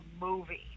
movie